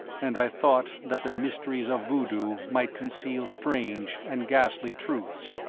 and i thought that the mysteries of voodoo might conceal strange and ghastly truths,